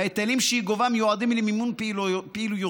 וההיטלים שהיא גובה מיועדים למימון פעילויותיה,